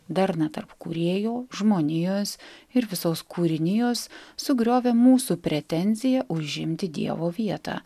darna tarp kūrėjo žmonijos ir visos kūrinijos sugriovė mūsų pretenziją užimti dievo vietą